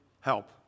help